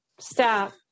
Stop